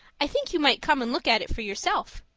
i think you might come and look at it for yourself.